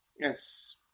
Yes